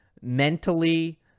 Mentally